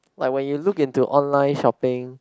like when you look into online shopping